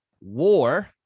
war